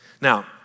Now